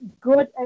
good